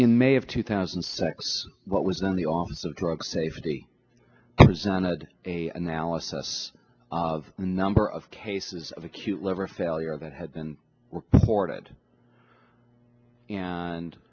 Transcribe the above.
in may of two thousand and six what was then the office of drug safety presented a analysis of the number of cases of acute liver failure that had been reported